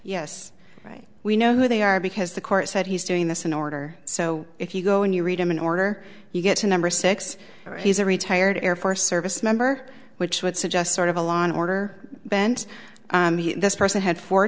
yes right we know who they are because the court said he's doing this in order so if you go and you read him an order you get to number six he's a retired air force service member which would suggest sort of a law and order bent this person had four